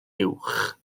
uwch